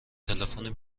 تلفن